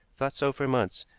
thought so for months,